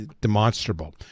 demonstrable